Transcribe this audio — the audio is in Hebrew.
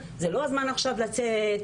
זה לא הזמן עכשיו לצאת,